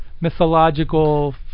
mythological